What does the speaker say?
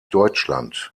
deutschland